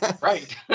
right